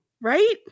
Right